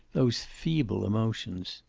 those feeble emotions!